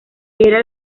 era